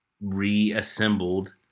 reassembled